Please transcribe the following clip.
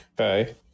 Okay